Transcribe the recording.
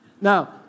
No